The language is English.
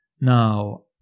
Now